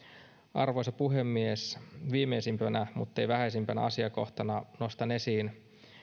arvoisa puhemies viimeisimpänä muttei vähäisimpänä asiakohtana nostan esiin